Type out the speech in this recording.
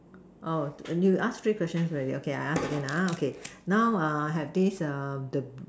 oh you ask three questions already okay I ask la now have this